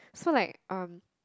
so like um